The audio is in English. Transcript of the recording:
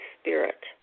Spirit